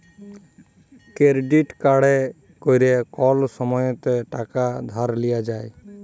credit কাড়ে ক্যরে কল সময়তে টাকা ধার লিয়া যায়